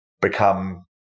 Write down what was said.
become